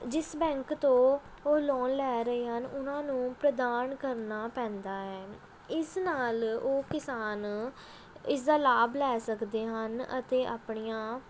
ਜਿਸ ਬੈਂਕ ਤੋਂ ਉਹ ਲੋਨ ਲੈ ਰਹੇ ਹਨ ਉਹਨਾਂ ਨੂੰ ਪ੍ਰਦਾਨ ਕਰਨਾ ਪੈਂਦਾ ਹੈ ਇਸ ਨਾਲ ਉਹ ਕਿਸਾਨ ਇਸਦਾ ਲਾਭ ਲੈ ਸਕਦੇ ਹਨ ਅਤੇ ਆਪਣੀਆਂ